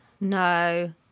no